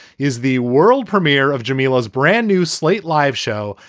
is the world premiere of jamila's brand new slate live show.